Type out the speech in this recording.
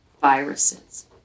viruses